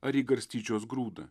ar į garstyčios grūdą